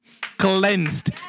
cleansed